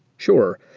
sure.